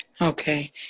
Okay